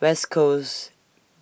West Coast